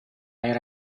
era